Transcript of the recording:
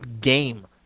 GAME